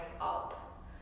up